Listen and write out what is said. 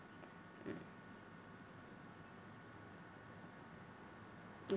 tu~